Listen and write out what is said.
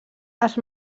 els